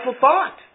thought